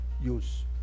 use